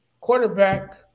quarterback